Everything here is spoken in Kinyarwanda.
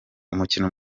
umukino